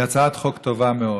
היא הצעת חוק טובה מאוד.